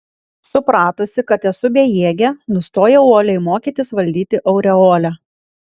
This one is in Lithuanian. supratusi kad esu bejėgė nustojau uoliai mokytis valdyti aureolę